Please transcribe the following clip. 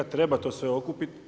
Treba to sve okupiti.